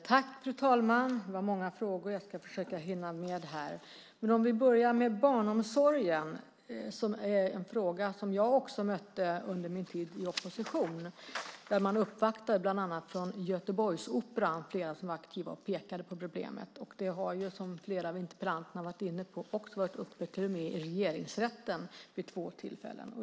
Fru talman! Det var många frågor här som jag ska försöka att hinna med. Vi börjar med barnomsorgen. Det är en fråga som jag också mötte under min tid i opposition. De aktiva uppvaktade bland annat från Göteborgsoperan och pekade på problemet. Det har som flera av interpellanterna varit inne på också varit uppe i Regeringsrätten vid två tillfällen.